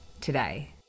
today